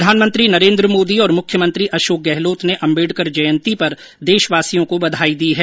प्रधानमंत्री नरेन्द्र मोदी मुख्यमंत्री अशोक गहलोत ने अम्बेडकर जयंती पर देशवासियों को बधाई दी है